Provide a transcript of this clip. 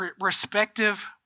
respective